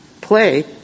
play